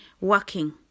working